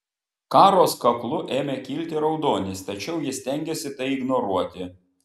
karos kaklu ėmė kilti raudonis tačiau ji stengėsi tai ignoruoti